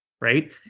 right